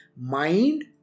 mind